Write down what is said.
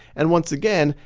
and once again,